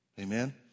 Amen